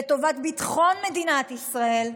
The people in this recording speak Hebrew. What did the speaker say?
לטובת ביטחון מדינת ישראל,